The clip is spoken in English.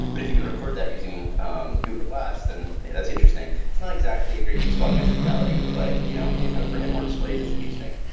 but if you can record that using google glass, then that's interesting it's not exactly a great use of augmented reality, but you know for head-mounted displays it's interesting.